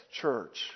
church